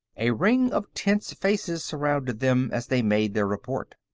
a ring of tense faces surrounded them as they made their report.